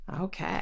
Okay